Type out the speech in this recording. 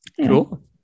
Cool